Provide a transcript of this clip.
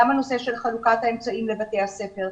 גם הנושא של חלוקת האמצעים לבתי הספר,